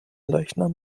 leichnam